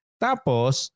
tapos